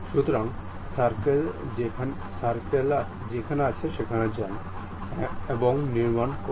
সুতরাং সার্কেল সেখানে যান নির্মাণ করুন